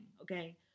okay